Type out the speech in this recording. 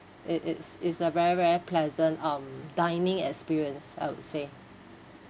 it it's it's a very very pleasant um dining experience I would say